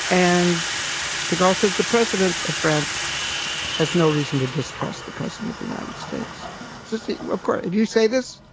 and de gaulle says the president of france has no reason to distrust the president of the united states. it's just of course, if you say this,